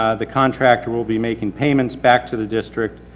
ah the contractor will be making payments back to the district.